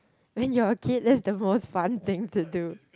when you're a kid that's the most fun thing to do